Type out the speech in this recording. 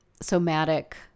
somatic